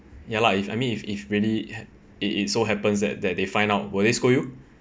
ya lah if I mean if if really had it it so happens that that they find out will they scold you